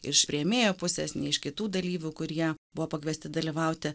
iš rėmėjo pusės nei iš kitų dalyvių kurie buvo pakviesti dalyvauti